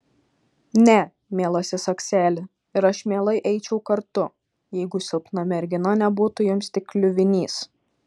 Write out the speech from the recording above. ne mielasis akseli ir aš mielai eičiau kartu jeigu silpna mergina nebūtų jums tik kliuvinys